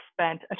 spent